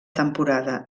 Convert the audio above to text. temporada